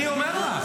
אני אומר לך.